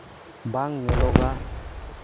ᱵᱟᱝ ᱧᱮᱞᱚᱜᱟᱜ